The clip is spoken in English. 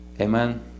amen